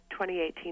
2018